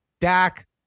Dak